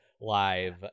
live